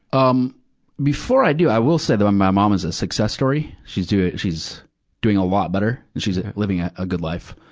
um before i do, i will so though, my mom was a success story. she's doing, she's doing a lot better. and she's living a, a good life.